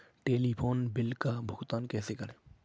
Telephone bill का भुगतान कैसे करें?